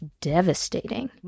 devastating